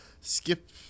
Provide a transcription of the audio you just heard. skip